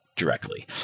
directly